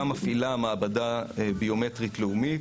גם מפעילה מעבדה ביומטרית לאומית.